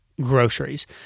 groceries